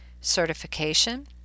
certification